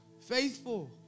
Faithful